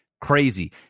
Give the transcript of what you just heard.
crazy